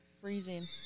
freezing